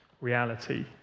reality